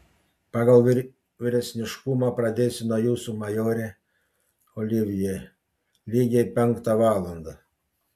pagal vyresniškumą pradėsiu nuo jūsų majore olivjė lygiai penktą valandą